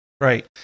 right